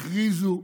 הכריזו,